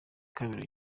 kabiri